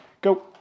go